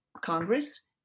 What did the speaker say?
Congress